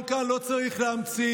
גם כאן לא צריך להמציא,